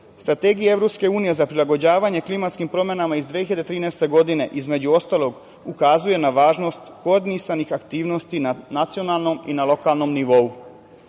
strategija EU za prilagođavanje klimatskim promenama iz 2013. godine između ostalog ukazuje na važnost koordinisanih aktivnosti na nacionalnom i lokalnom nivou.Za